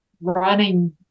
running